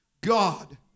God